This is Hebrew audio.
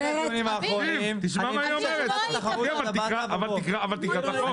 תקראו את הצעת החוק.